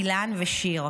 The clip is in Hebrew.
אילן ושיר.